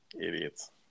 Idiots